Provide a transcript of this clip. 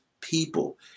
people